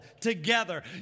together